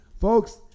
folks